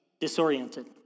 disoriented